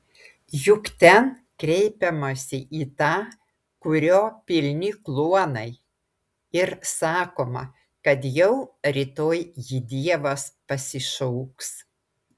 juk ten kreipiamasi į tą kurio pilni kluonai ir sakoma kad jau rytoj jį dievas pasišauks